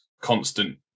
constant